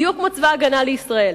בדיוק כמו צבא-הגנה לישראל.